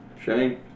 Shane